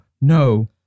no